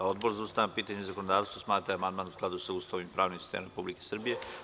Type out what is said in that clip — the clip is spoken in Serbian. Odbor za ustavna pitanja i zakonodavstvo smatra da je amandman u skladu sa Ustavom i pravnim sistemom Republike Srbije.